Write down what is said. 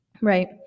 right